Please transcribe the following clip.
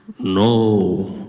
no,